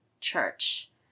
church